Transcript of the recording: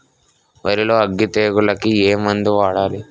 వరిలో అగ్గి తెగులకి ఏ మందు వాడాలి?